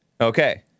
Okay